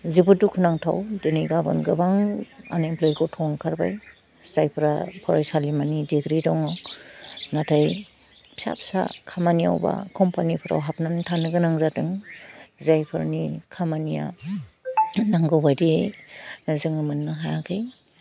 जोबोद दुखु नांथाव दोनै गाबोन गोबां आनइमफ्लइद गथ' ओंखारबाय जायफ्रा फरायसालिमानि दिग्रि दङ नाथाइ फिसा फिसा खामानियाव बा खम्फानिफ्राव हाबनानै थानो गोनां जादों जायफोरनि खामानिया नांगौ बायदियै जोङो मोन्नो हायाखै